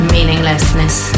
Meaninglessness